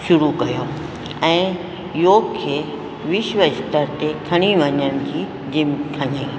शुरू कयो ऐं योग खे विश्व स्तर ते खणी वञण जी हिमथई